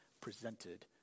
presented